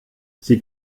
sie